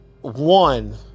one